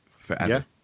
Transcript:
Forever